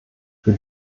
für